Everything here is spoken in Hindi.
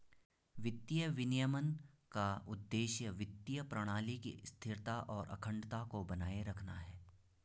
वित्तीय विनियमन का उद्देश्य वित्तीय प्रणाली की स्थिरता और अखंडता को बनाए रखना है